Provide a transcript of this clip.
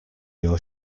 your